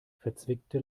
verzwickte